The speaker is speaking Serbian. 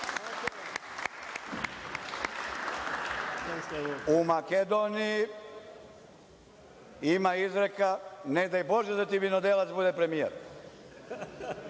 U Makedoniji ima izreka – ne daj Bože da ti vinodelac bude premijer.